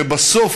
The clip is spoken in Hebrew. שבסוף,